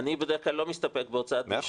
אני בדרך כלל לא מסתפק בהוצאת דרישות,